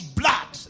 blood